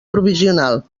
provisional